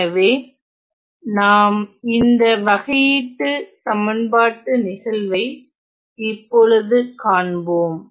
எனவே நாம் இந்த வகையீட்டுச் சமன்பாட்டு நிகழ்வை இப்பொழுது காண்போம்